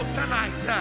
tonight